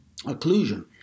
occlusion